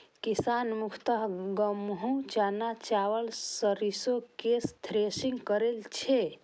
किसान मुख्यतः गहूम, चना, चावल, सरिसो केर थ्रेसिंग करै छै